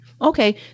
Okay